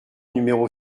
numéro